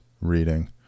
reading